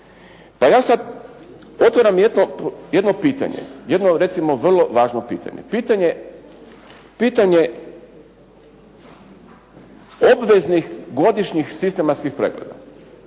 Pa ja sada otvaram jedno pitanje, jedno recimo vrlo važno pitanje, pitanje obveznih godišnjih sistematskih pregleda.